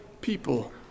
people